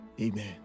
Amen